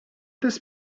this